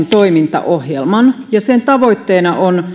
toimintaohjelman ja sen tavoitteena on